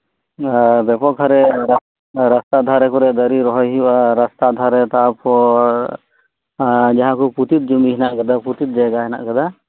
ᱟᱨ ᱵᱮᱯᱚᱠ ᱦᱟᱨᱮ ᱨᱟᱥᱛᱟ ᱫᱷᱟᱨᱮ ᱠᱚᱨᱮ ᱫᱟᱨᱤ ᱨᱚᱦᱚᱭ ᱦᱩᱭᱩᱜ ᱟ ᱟᱨ ᱨᱟᱥᱛᱟ ᱫᱷᱟᱨᱮ ᱛᱟᱨᱯᱚᱨ ᱡᱟᱦᱟᱸ ᱠᱩ ᱯᱩᱛᱤᱛ ᱡᱚᱢᱤ ᱦᱮᱱᱟᱜ ᱟᱠᱟᱫᱟ ᱯᱚᱛᱤᱛ ᱡᱟᱭᱜᱟ ᱦᱮᱱᱟᱜ ᱟᱠᱟᱫᱟ